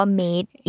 made